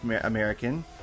American